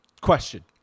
question